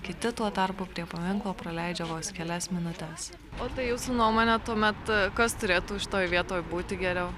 kiti tuo tarpu prie paminklo praleidžia vos kelias minutes o tai jūsų nuomone tuomet kas turėtų šitoj vietoj būti geriau